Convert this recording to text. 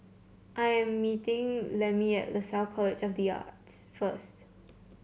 I am meeting Lemmie at Lasalle College of the Arts first